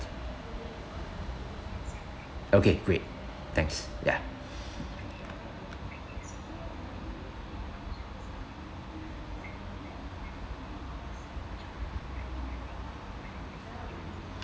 okay great thanks ya